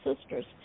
sisters